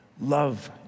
love